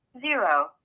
zero